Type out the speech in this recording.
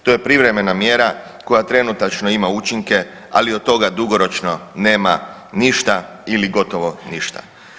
To je privremena mjera koja trenutačno ima učinke, ali od toga dugoročno nema ništa ili gotovo ništa.